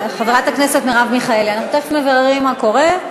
חברת הכנסת מרב מיכאלי, אנחנו מבררים מה קורה.